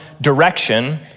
direction